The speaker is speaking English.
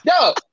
Yo